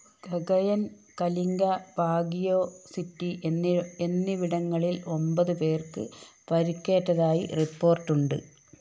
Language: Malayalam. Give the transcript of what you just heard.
കഗയൻ കലിംഗ ബാഗിയോ സിറ്റി എന്നിവിടങ്ങളിൽ ഒമ്പത് പേർക്ക് പരിക്കേറ്റതായി റിപ്പോർട്ടുണ്ട്